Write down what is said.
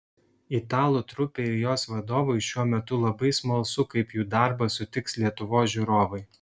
italų trupei ir jos vadovui šiuo metu labai smalsu kaip jų darbą sutiks lietuvos žiūrovai